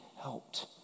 helped